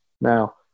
now